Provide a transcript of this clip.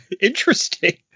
Interesting